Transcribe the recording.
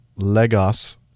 legos